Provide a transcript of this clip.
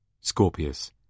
Scorpius